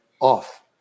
off